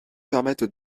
permettent